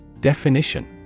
Definition